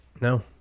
no